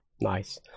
nice